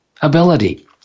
ability